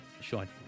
Sean